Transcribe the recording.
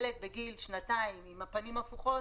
שילד בגיל שנתיים עם הפנים הפוכות,